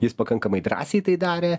jis pakankamai drąsiai tai darė